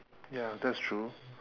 ya that's true